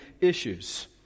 issues